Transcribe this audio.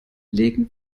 legen